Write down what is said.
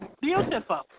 beautiful